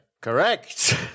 Correct